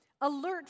alert